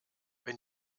wenn